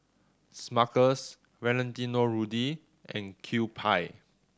Smuckers Valentino Rudy and Kewpie